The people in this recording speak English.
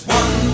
one